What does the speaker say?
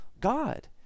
God